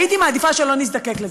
הייתי מעדיפה שלא נזדקק לזה.